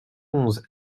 onze